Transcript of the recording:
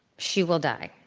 she will die.